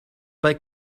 pas